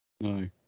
No